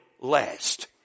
last